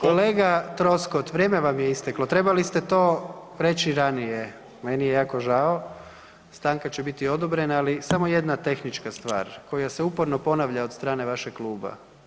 Kolega Troskot, vrijeme vam je isteklo, trebali ste to reći ranije, meni je jako žao, stanka će biti odobrena, ali samo jedna tehnička stvar koja se uporno ponavlja od strane vašeg kluba.